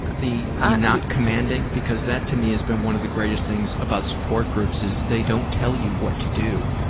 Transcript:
the ah not commanding? because that to me has been one of the greatest things about support groups is they don't tell you what to do.